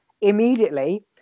immediately